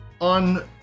on